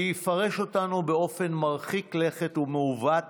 שיפרש אותנו באופן מרחיק לכת ומעוות